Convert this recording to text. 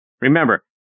Remember